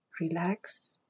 Relax